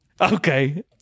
Okay